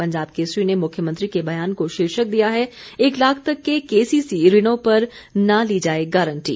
पंजाब केसरी ने मुख्यमंत्री के बयान को शीर्षक दिया है एक लाख तक के केसीसी ऋणों पर न ली जाए गारंटी